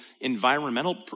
environmental